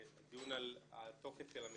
הדיון על הטופס של המיצ"ב,